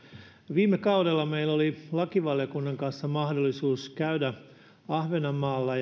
viime kaudella meillä oli lakivaliokunnan kanssa mahdollisuus käydä ahvenanmaalla